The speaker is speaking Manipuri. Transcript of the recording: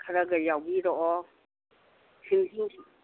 ꯈꯔꯒ ꯌꯥꯎꯕꯤꯔꯛꯑꯣ ꯁꯤꯡꯖꯨ